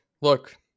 look